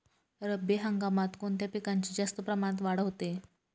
रब्बी हंगामात कोणत्या पिकांची जास्त प्रमाणात वाढ होते?